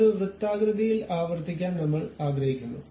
ഇത് ഒരു വൃത്താകൃതിയിൽ ആവർത്തിക്കാൻ നമ്മൾ ആഗ്രഹിക്കുന്നു